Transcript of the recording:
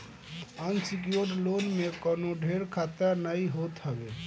unsecured loan में कवनो ढेर खतरा नाइ होत हवे